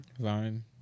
Vine